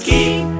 Keep